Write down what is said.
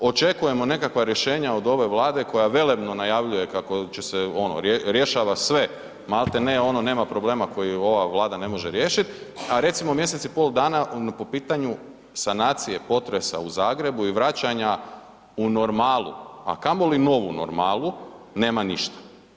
Očekujemo nekakva rješenja od ove Vlade koja velebno najavljuje kako će riješiti sve maltene ono nema problema koje ova Vlada ne može riješiti, a recimo mjesec i pol dana po pitanju sanacije potresa u Zagrebu i vraćanja u normalu, a kamoli u novu normalu nema ništa.